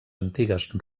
antigues